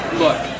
look